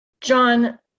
john